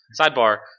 Sidebar